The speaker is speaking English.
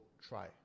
try